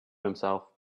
himself